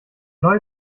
neue